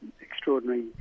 extraordinary